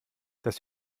das